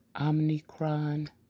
Omicron